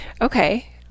Okay